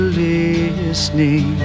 listening